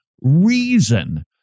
reason